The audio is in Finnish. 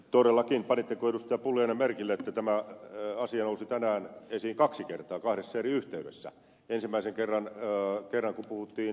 pulliainen merkille että tämä asia nousi tänään esiin kaksi kertaa kahdessa eri yhteydessä ensimmäisen kerran kun puhuttiin kehitysavusta